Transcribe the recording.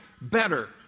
better